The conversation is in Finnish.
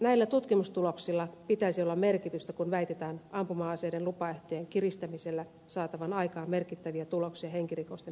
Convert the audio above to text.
näillä tutkimustuloksilla pitäisi olla merkitystä kun väitetään ampuma aseiden lupaehtojen kiristämisellä saatavan aikaan merkittäviä tuloksia henkirikosten määrän pienentämisessä